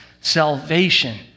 salvation